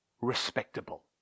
respectable